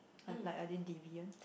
uh like are they deviant